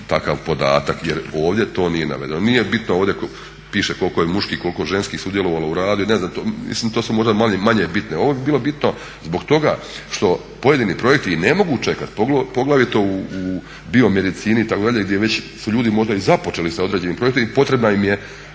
takav podatak, jer ovdje to nije navedeno. Nije bitno ovdje, piše koliko je muških, koliko ženskih sudjelovalo u radu. Ne znam, mislim to su možda manje bitne. Ovo bi bilo bitno zbog toga što pojedini projekti ne mogu čekati poglavito u biomedicini itd. gdje već su ljudi možda i započeli sa određenim projektom i potrebna im je